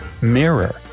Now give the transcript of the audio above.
Mirror